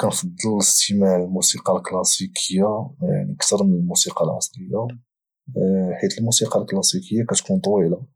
كنفضل الاستماع للموسيقى الكلاسيكيه يعني اكثر من الموسيقى العصريه حيث الموسيقى الكلاسيكيه كتكون طويله